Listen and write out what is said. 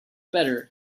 better